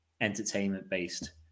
entertainment-based